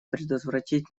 предотвратить